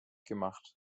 gemacht